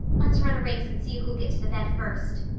let's run a race and see who'll get to the bed first.